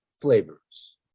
flavors